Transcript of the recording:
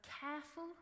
careful